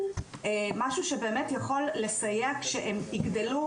משהו שבאמת יכול לסייע כשהם יגדלו,